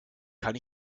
kann